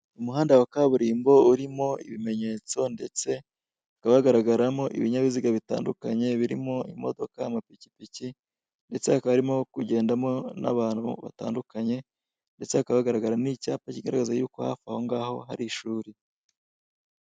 Umuhanda wa kaburimbo urimo ibimenyetso ndetse hakaba hagaragaramo ibinyabiziga bitandukanye birimo imodoka, amapikipiki ndetse hakaba harimo kugendamo n'abantu batandukanye ndetse hakaba hagaragara n'icyapa kigaragaza yuko hafi ahongaho hari ishuri.